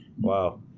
Wow